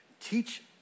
teach